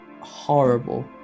horrible